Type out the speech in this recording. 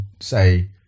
say